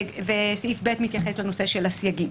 סעיף (ב) מתייחס לנושא של הסייגים.